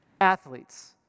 Athletes